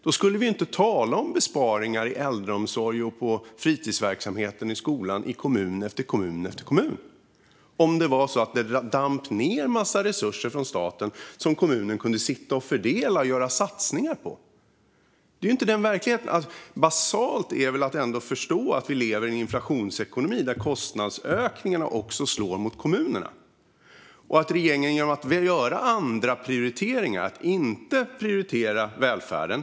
Då skulle vi inte tala om besparingar i äldreomsorgen och i fritidsverksamheten i skolan i kommun efter kommun, om det damp ned en massa resurser från staten som kommunerna kan sitta och fördela och göra satsningar med. Det är inte så verkligheten ser ut. Det är väl ändå basalt att förstå att vi lever i en inflationsekonomi där kostnadsökningarna slår också mot kommunerna? Genom att göra andra prioriteringar prioriterar regeringen inte välfärden.